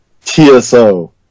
TSO